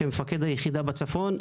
כמפקד היחידה בצפון,